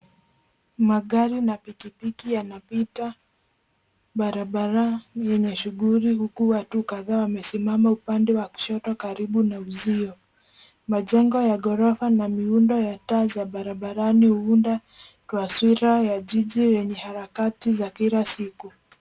Magari na pikipiki yanapita barabara yenye shughuli huku watu kadhaa wamesimama upande wa kushoto karibu na uzio. Majengo ya ghorofa na miundo ya taa za barabarani huunda taswira ya jiji lenye harakati za kila siku.